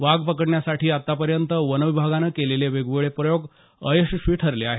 वाघ पकडण्यासाठी आतापर्यंत वनविभागानं केलेले वेगवेगळे प्रयोग अयशस्वी ठरले आहेत